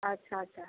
ଆଚ୍ଛା ଆଚ୍ଛା